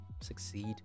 succeed